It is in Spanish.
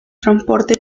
transporte